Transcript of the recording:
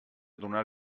donar